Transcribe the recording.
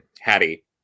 Hattie